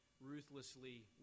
ruthlessly